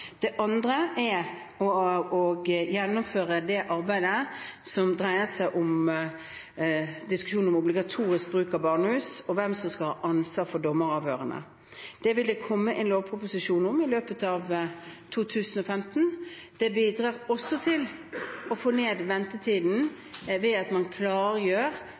Det andre er å gjennomføre det arbeidet som dreier seg om diskusjonen om obligatorisk bruk av barnehus og hvem som skal ha ansvar for dommeravhørene. Dette vil det komme en lovproposisjon om i løpet av 2015. Det bidrar også til å få ned ventetiden – ved at man